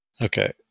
Okay